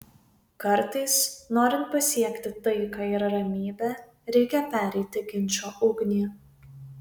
kartais norint pasiekti taiką ir ramybę reikia pereiti ginčo ugnį